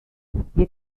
wir